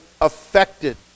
affected